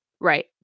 right